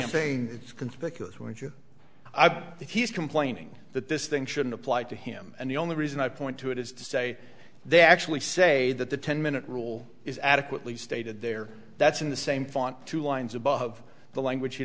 saying it's conspicuous when you i doubt that he's complaining that this thing shouldn't apply to him and the only reason i point to it is to say they actually say that the ten minute rule is adequately stated there that's in the same font two lines above the language he